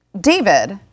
David